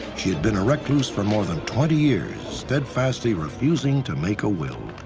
she'd been a recluse for more than twenty years, steadfastly refusing to make a will.